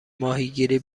ماهیگیری